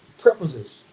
purposes